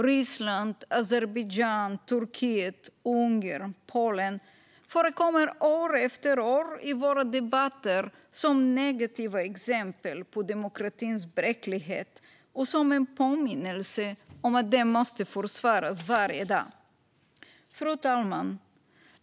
Ryssland, Azerbajdzjan, Turkiet, Ungern och Polen förekommer år efter år i våra debatter som negativa exempel på demokratins bräcklighet och som en påminnelse om att demokratin måste försvaras varje dag. Fru talman!